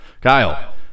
Kyle